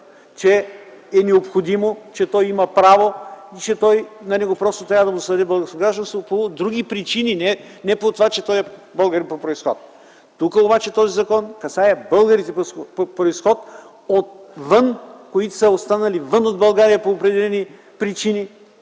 че е необходимо, че той има право и на него просто трябва да му се даде българско гражданство по други причини, а не заради това, че е българин по произход. Тук обаче този закон касае българите по произход отвън, останали вън от България по определени причини,